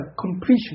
completion